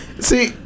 See